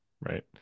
right